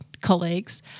colleagues